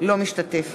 משתתף